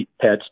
pet's